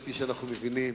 כפי שאנחנו מבינים.